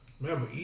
Remember